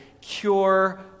cure